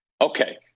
Okay